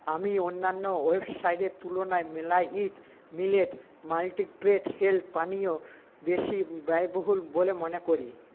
আমি অন্যান্য ওয়েবসাইটের তুলনায় মেলাইট মিলেট মাল্টি হেলথ পানীয় বেশি ব্যয়বহুল বলে মনে করি